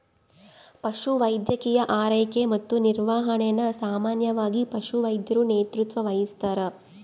ಪಶುವೈದ್ಯಕೀಯ ಆರೈಕೆ ಮತ್ತು ನಿರ್ವಹಣೆನ ಸಾಮಾನ್ಯವಾಗಿ ಪಶುವೈದ್ಯರು ನೇತೃತ್ವ ವಹಿಸ್ತಾರ